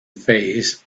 phase